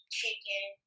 chicken